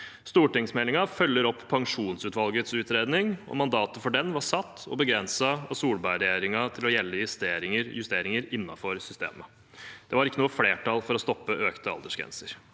Stortingsmeldingen følger opp pensjonsutvalgets utredning, og mandatet for den var satt og begrenset av Solberg-regjeringen til å gjelde justeringer innenfor systemet. Det var ikke noe flertall for å stoppe økte aldersgrenser.